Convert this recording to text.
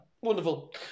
Wonderful